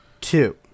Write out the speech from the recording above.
two